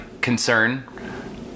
concern